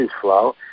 flow